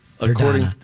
According